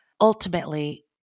ultimately